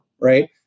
right